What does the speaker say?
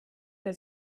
der